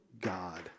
God